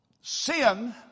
Sin